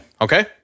Okay